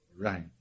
Right